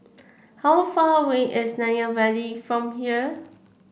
how far away is Nanyang Valley from here